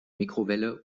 mikrowelle